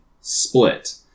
Split